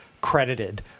credited